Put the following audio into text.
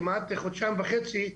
כמעט חודשיים וחצי,